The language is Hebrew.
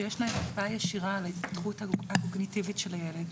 שיש להם השפעה ישרה להתפתחות הקוגניטיבית של הילד.